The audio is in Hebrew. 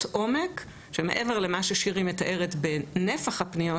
עומק שמעבר למה ששירי מתארת בנפח הפניות,